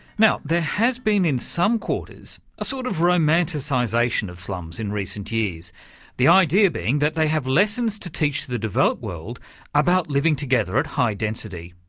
now there has been, in some quarters, a sort of romanticisation of slums in recent years the idea being that they have lessons to teach the developed world about living together at high density.